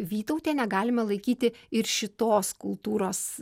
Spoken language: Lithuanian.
vytautienę galime laikyti ir šitos kultūros